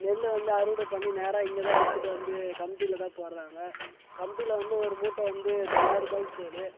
நெல்லு வந்து அறுவடை பண்ணி நேராக இங்கேதான் எடுத்துட்டு வந்து கமிட்டியிலதான் போடுறாங்க கமிட்டியில வந்து ஒரு மூட்டை வந்து தொளாய ரூபாய்க்கு போது